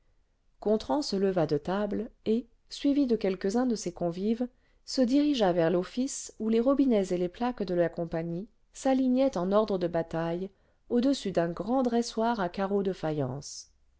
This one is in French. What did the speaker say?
se leva de table et suivi de quelques-uns de ses convives se dirigea vers l'office où les robinets et les plaques de la compagnie s'alignaient en ordre de bataille au-dessus d'un grand dressoir à carreaux de de faïence